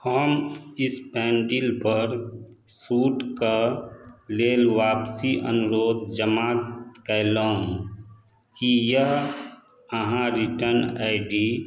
हम स्नैपडीलपर सूटके लेल आपसी अनुरोध जमा कएलहुँ कि अहाँ रिटर्न आइ डी